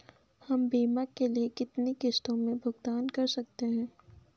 हम बीमा के लिए कितनी किश्तों में भुगतान कर सकते हैं?